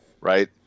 Right